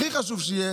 הכי חשוב שיהיה,